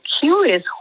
curious